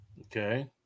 Okay